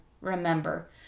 remember